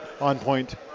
on-point